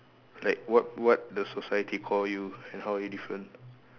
like what what the society call you and how are you different